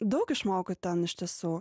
daug išmokau ten iš tiesų